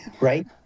right